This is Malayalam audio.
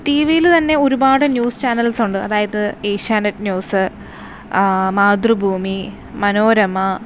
ടി വിയിൽ തന്നെ ഒരുപാട് ന്യൂസ് ചാനൽസുണ്ട് അതായത് ഏഷ്യാനെറ്റ് ന്യൂസ് മാതൃഭൂമി മനോരമ